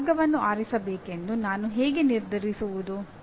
ಯಾವ ಮಾರ್ಗವನ್ನು ಆರಿಸಬೇಕೆಂದು ನಾನು ಹೇಗೆ ನಿರ್ಧರಿಸುವುದು